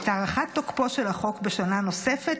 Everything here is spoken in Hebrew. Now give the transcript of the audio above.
את הארכת תוקפו של החוק בשנה נוספת,